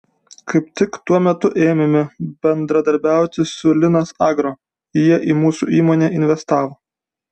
kaip tik tuo metu ėmėme bendradarbiauti su linas agro jie į mūsų įmonę investavo